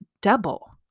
double